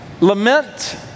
Lament